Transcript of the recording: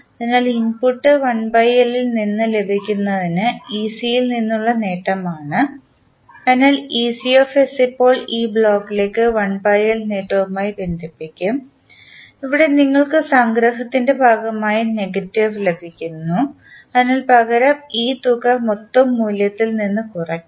അതിനാൽ input 1 L ൽ നിന്ന് ലഭിക്കുന്നത് യിൽ നിന്നുള്ള നേട്ടമാണ് അതിനാൽ ഇപ്പോൾ ഈ ബ്ലോക്കിലേക്ക് 1 L നേട്ടമായി ബന്ധിപ്പിക്കും ഇവിടെ നിങ്ങൾക്ക് സംഗ്രഹത്തിൻറെ ഭാഗമായി നെഗറ്റീവ് ലഭിക്കുന്നു അതിനാൽ പകരം ഈ തുക മൊത്തം മൂല്യത്തിൽ നിന്ന് കുറയ്ക്കും